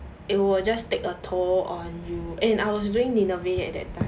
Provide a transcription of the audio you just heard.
it will just take a toll on you and I was doing nineveh at that time